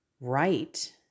right